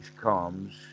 comes